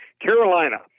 Carolina